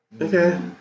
Okay